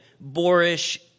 boorish